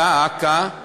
דע עקא,